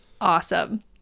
awesome